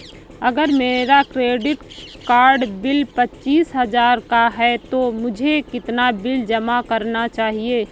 अगर मेरा credit card bill पच्चीस हजार का है तो मुझे कितना बिल जमा करना चाहिए?